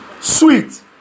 sweet